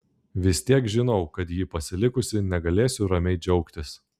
vis tiek žinau kad jį pasilikusi negalėsiu ramiai džiaugtis